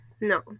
No